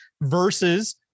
versus